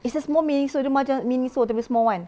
it's a small Miniso dia macam Miniso tapi a small one